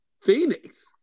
phoenix